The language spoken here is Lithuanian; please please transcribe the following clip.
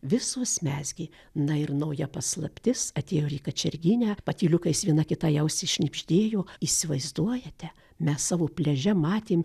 visos mezgė na ir nauja paslaptis atėjo ir į kačerginę patyliukais viena kitai į ausį šnibždėjo įsivaizduojate mes savo pliaže matėm